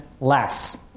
less